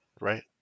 Right